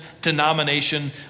denomination